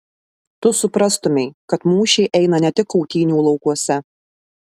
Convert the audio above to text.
tu suprastumei kad mūšiai eina ne tik kautynių laukuose